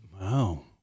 Wow